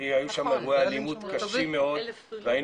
היו שם אירועי אלימות קשים מאוד והיינו